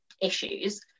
issues